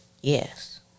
yes